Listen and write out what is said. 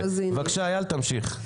בבקשה אייל, תמשיך.